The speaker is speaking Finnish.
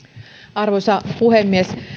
arvoisa puhemies